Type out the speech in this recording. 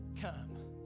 come